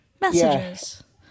messages